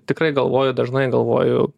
tikrai galvoju dažnai galvoju